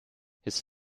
his